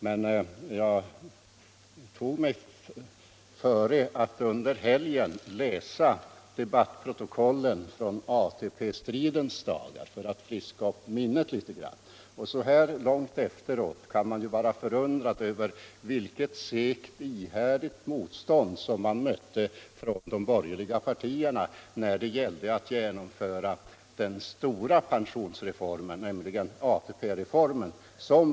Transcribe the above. Men för att friska upp minnet litet tog jag mig under helgen före att läsa debattprotokollen från ATP-stridens dagar. Så här långt efteråt förundras man över det sega, ihärdiga motstånd som man mötte från de borgerliga partierna när det gällde att genomföra den stora pensionsreformen, ATP-reformen.